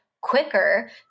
quicker